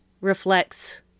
reflects